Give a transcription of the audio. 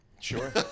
Sure